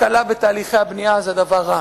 הקלה בתהליכי הבנייה זה דבר רע.